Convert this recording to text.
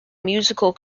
musical